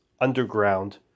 underground